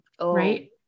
Right